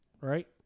right